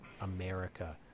America